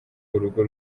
urugo